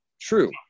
true